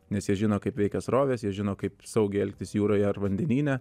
nes jie žino kaip veikia srovės jie žino kaip saugiai elgtis jūroje ar vandenyne